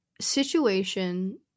situation